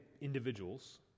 individuals